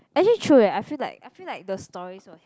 actually true eh I feel like I feel like the stories was